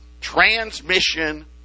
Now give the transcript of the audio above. transmission